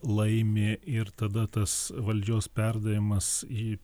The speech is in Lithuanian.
laimi ir tada tas valdžios perdavimas į